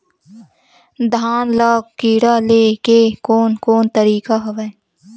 धान ल कीड़ा ले के कोन कोन तरीका हवय?